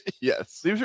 Yes